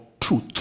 truth